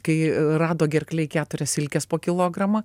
kai rado gerklėj keturias silkes po kilogramą